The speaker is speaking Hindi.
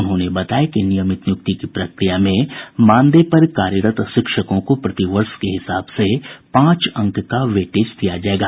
उन्होंने बताया कि नियमित नियुक्ति की प्रक्रिया में मानदेय पर कार्यरत शिक्षकों को प्रतिवर्ष के हिसाब से पांच अंक का वेटेज दिया जायेगा